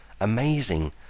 Amazing